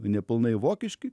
nepilnai vokiški